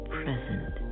present